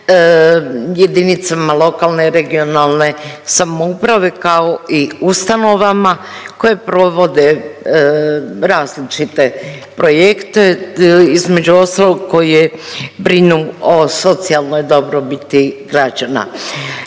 jedinicama lokalne regionalne samouprave kao i ustanovama koje provode različite projekte, između ostalog koje brinu o socijalnoj dobrobiti građana.